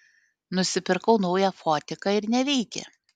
nusipirkau naują fotiką ir neveikia